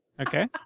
Okay